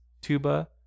tuba